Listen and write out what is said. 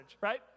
right